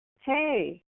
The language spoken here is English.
Hey